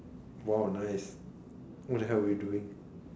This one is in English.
!wow! nice what the hell were you doing